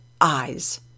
eyes